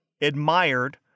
admired